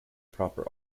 proper